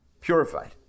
purified